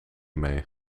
mee